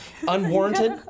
unwarranted